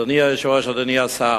אדוני היושב-ראש, אדוני השר.